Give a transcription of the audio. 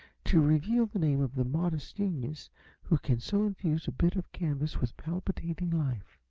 to reveal the name of the modest genius who can so infuse a bit of canvas with palpitating life.